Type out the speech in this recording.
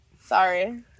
Sorry